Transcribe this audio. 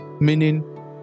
meaning